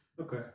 Okay